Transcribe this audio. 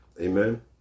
Amen